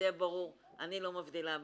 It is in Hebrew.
שיהיה ברור, אני לא מבדילה ביניהם.